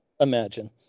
imagine